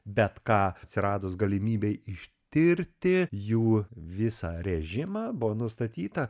bet ką atsiradus galimybei ištirti jų visą režimą buvo nustatyta